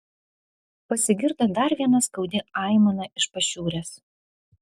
pasigirdo dar viena skaudi aimana iš pašiūrės